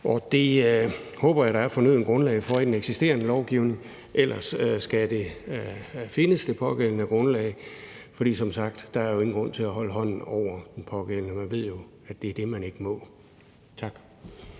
Så det håber jeg at der er det fornødne grundlag for i den eksisterende lovgivning. Ellers skal det pågældende grundlag findes. Så der er som sagt ingen grund til at holde hånden over den pågældende; man ved jo, at det er det, man ikke må. Tak.